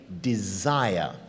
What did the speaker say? desire